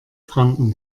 franken